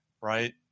Right